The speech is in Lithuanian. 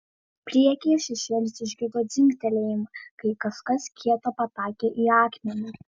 priekyje šešėlis išgirdo dzingtelėjimą kai kažkas kieto pataikė į akmenį